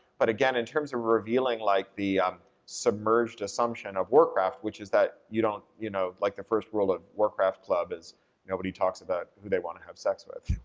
but again in terms of revealing, like, the submerged assumption of warcraft, which is that you don't, you know, like the first rule of warcraft club is nobody talks about who they want to have sex with,